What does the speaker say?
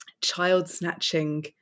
child-snatching